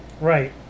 Right